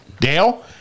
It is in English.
Dale